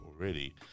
already